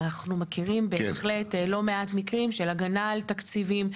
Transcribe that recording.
אנחנו מכירים בהחלט לא מעט מקרים של הגנה על תקציבים,